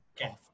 okay